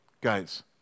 Guys